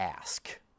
ask